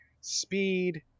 speed